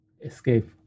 escape